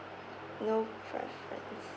no preference